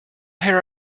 here